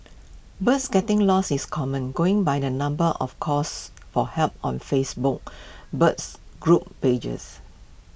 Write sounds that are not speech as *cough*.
birds getting lost is common going by the number of calls for help on Facebook *noise* birds group pages